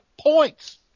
points